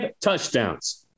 touchdowns